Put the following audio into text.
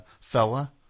fella